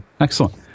Excellent